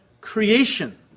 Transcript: creation